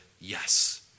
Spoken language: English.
yes